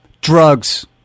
Drugs